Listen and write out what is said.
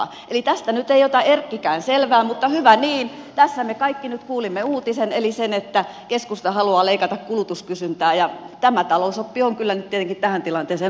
eli tästä nyt ei ota erkkikään selvää mutta hyvä niin tässä me kaikki nyt kuulimme uutisen eli sen että keskusta haluaa leikata kulutuskysyntää ja tämä talousoppi on kyllä nyt tietenkin tähän tilanteeseen ongelmallinen